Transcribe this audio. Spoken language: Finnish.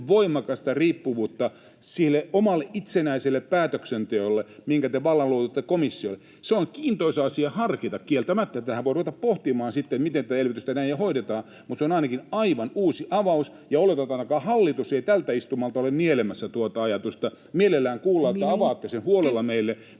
voimakasta riippuvuutta sen oman itsenäisen päätöksenteon suhteen, minkä vallan te luovutatte komissiolle. Se on kiintoisa asia harkita kieltämättä — tätähän voi ruveta pohtimaan sitten, miten tätä elvytystä näin hoidetaan — mutta se on ainakin aivan uusi avaus, ja oletan, että ainakaan hallitus ei tältä istumalta ole nielemässä tuota ajatusta. Mielellään kuulemme, [Puhemies: Minuutti!] että avaatte sen huolella meille,